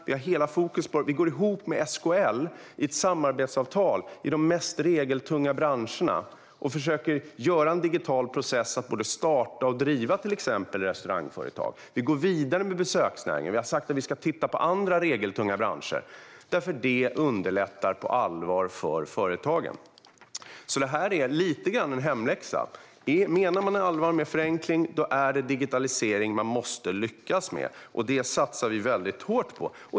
Vi går ihop med SKL i ett samarbetsavtal i de mest regeltunga branscherna och försöker göra en digital process när det gäller att både starta och driva till exempel restaurangföretag. Vi går vidare med besöksnäringen. Vi har sagt att vi ska titta på andra regeltunga branscher därför att det på allvar underlättar för företagen. Detta är därför lite grann en hemläxa. Menar man allvar med förenkling, då är det digitalisering man måste lyckas med. Och det satsar vi mycket hårt på.